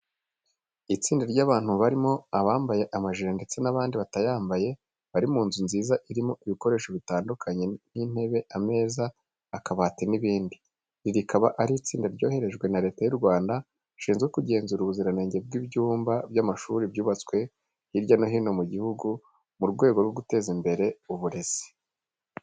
Itsinda ry'abantu harimo abambaye amajire ndetse n'abandi batayambaye, bari mu nzu nziza irimo ibikoresho bitandukanye nk'intebe, ameza, akabati n'ibindi. Iri rikaba ari itsinda ryoherejwe na Leta y'u Rwanda, rishinzwe kugenzura ubuziranenge bw'ubyumba by'amashuri byubatswe hirya no hino mu gihugu mu rwego rwo guteza imbere uburezi.